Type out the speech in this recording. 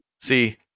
See